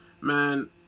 Man